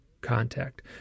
contact